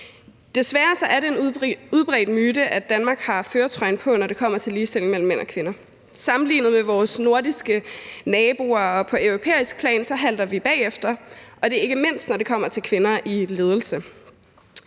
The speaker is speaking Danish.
Desværre er det en udbredt myte, at Danmark har førertrøjen på, når det kommer til ligestilling mellem mænd og kvinder. Sammenlignet med vores nordiske naboer og på europæisk plan halter vi bagefter, og det gælder ikke mindst, når det kommer til kvinder i ledelse.